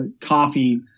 coffee